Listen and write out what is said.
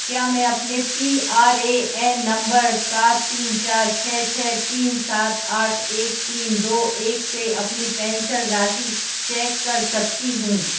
क्या मैं अपने P R A N number सात तीन चार छः छः तीन सात आठ एक तीन दो एक से अपनी पेंशन राशि चेक कर सकता हूँ